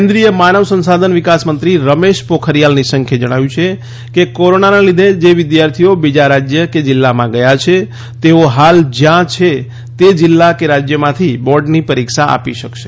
કેન્દ્રીય માનવ સંસાધન વિકાસમંત્રી રમેશ પોખરીયાલ નીશંકે જણાવ્યું છે કે કોરોનાના લીધે જે વિદ્યાર્થીઓ બીજા રાજ્ય કે જિલ્લામાં ગયા છે તેઓ હાલ ત્યાં છે તે જિલ્લા કે રાજ્યમાંથી બોર્ડની પરીક્ષા આપી શકશે